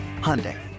Hyundai